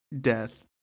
death